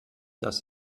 dass